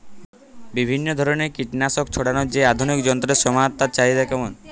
বিভিন্ন ধরনের কীটনাশক ছড়ানোর যে আধুনিক যন্ত্রের সমাহার তার চাহিদা কেমন?